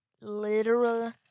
literal